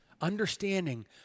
Understanding